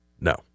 no